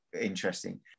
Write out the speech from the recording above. interesting